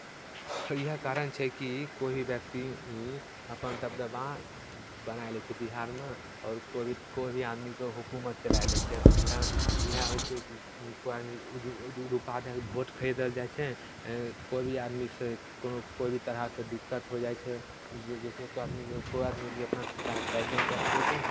इएह कारण छै कि कोइ भी व्यक्ति अपन दबदबा बनाए लै छै बिहारमे आओर कोइ भी कोइ भी आदमीके हुकूमत चलाए लै छै इएह इएह होइ छै कि कोइ आदमी रु रुपैआ दए कऽ भोट खरीदल जाइ छै कोइ भी आदमीसँ कोनो कोइ भी तरहके दिक्कत होइ जाइ छै बुझलियै जइसे कोइ आदमी कोइ आदमी भी अपना शिकायत दर्ज नहि कए सकै छै